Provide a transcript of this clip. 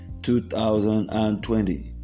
2020